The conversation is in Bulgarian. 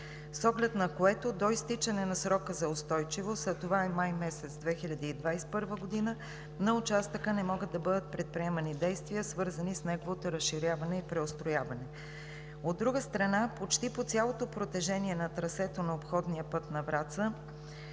с оглед на което до изтичане на срока за устойчивост, а това е месец май 2021 г., на участъка не могат да бъдат предприемани действия, свързани с неговото разширяване и преустрояване. От друга страна, почти по цялото протежение на трасето на обходния път на Враца